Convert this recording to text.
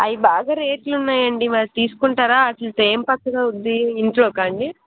అవి బాగా రేట్లు ఉన్నాయండి మరి తీసుకుంటారా వాటితో ఏం పచ్చడి అవుతుంది ఇంట్లోకా అండి